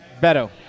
Beto